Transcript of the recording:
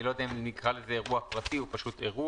התשפ"א 2020 אני לא יודע אם נקרא לזה "אירוע פרטי" או פשוט "אירוע".